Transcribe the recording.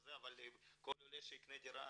אבל כל עולה שיקנה דירה,